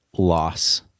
Loss